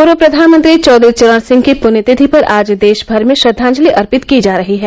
पूर्व प्रधानमंत्री चौधरी चरण सिंह की पृण्यतिथि पर आज देश भर में श्रद्वांजलि अर्पित की जा रही है